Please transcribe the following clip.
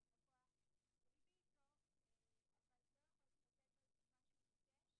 לא יכול להיות שיש מורה שאומרים לו: אתה לא מקבל יותר מ-25 ילדים בכיתה,